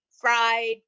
fried